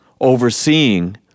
overseeing